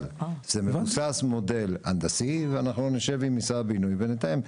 אבל זה מבוסס מודל הנדסי ואנחנו נשב עם משרד הבינוי ונתאם.